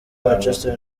manchester